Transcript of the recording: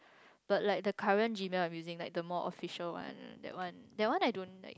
but like the current Gmail I'm using like the more official one that one that one I don't like